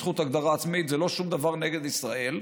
זכות הגדרה עצמית זה לא שום דבר נגד ישראל.